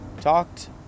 Talked